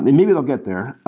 maybe they'll get there.